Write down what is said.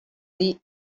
dir